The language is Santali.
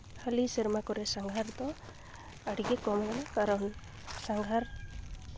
ᱦᱟᱹᱞᱤ ᱥᱮᱨᱢᱟ ᱠᱚᱨᱮ ᱥᱟᱸᱜᱷᱟᱨ ᱫᱚ ᱟᱹᱰᱤᱜᱮ ᱠᱚᱢᱟ ᱠᱟᱨᱚᱱ ᱥᱟᱸᱜᱷᱟᱨ